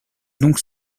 donc